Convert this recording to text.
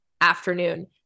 afternoon